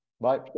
Bye